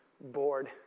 bored